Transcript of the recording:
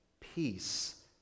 peace